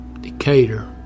Decatur